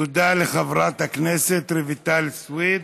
תודה לחברת הכנסת רויטל סויד.